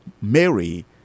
Mary